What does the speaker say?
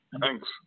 Thanks